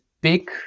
big